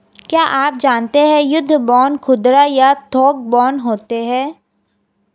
क्या आप जानते है युद्ध बांड खुदरा या थोक बांड होते है?